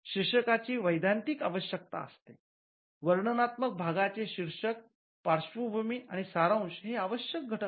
शीर्षका ची वैधानिक आवश्यकता असते वर्णनात्मक भागाचे शीर्षक पार्श्वभूमी आणि सारांश हे आवश्यक घटक आहेत